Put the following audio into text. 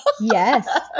Yes